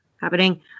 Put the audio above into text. happening